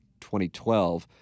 2012